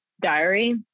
diary